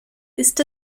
ist